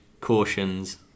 cautions